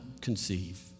conceive